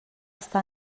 està